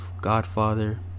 godfather